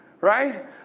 Right